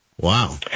Wow